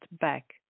back